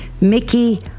Mickey